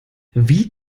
wie